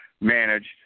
managed